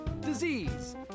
disease